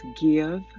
give